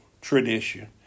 tradition